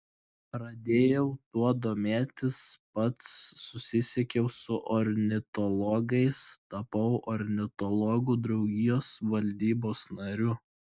pradėjau tuo domėtis pats susisiekiau su ornitologais tapau ornitologų draugijos valdybos nariu